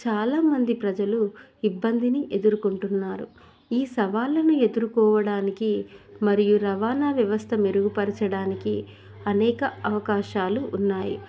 చాలామంది ప్రజలు ఇబ్బందిని ఎదుర్కొంటున్నారు ఈ సవాళ్ళను ఎదుర్కోవడానికి మరియు రవాణా వ్యవస్థ మెరుగుపరచడానికి అనేక అవకాశాలు ఉన్నాయి